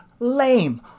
Lame